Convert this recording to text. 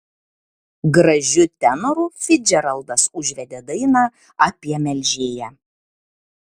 gražiu tenoru ficdžeraldas užvedė dainą apie melžėją